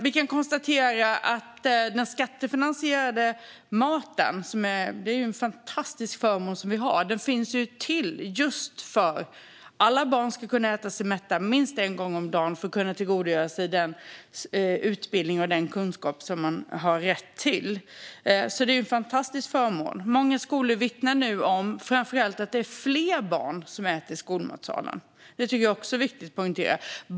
Vi kan konstatera att den skattefinansierade maten är en fantastisk förmån vi har. Den finns till just för att alla barn ska kunna äta sig mätta minst en gång om dagen för att kunna tillgodogöra sig den utbildning och den kunskap som de har rätt till. Det är en fantastisk förmån. Många skolor vittnar nu om att det framför allt är fler barn som äter i skolmatsalen. Det är också viktigt att poängtera.